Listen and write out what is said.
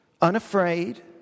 unafraid